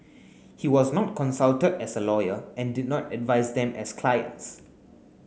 he was not consulted as a lawyer and did not advise them as clients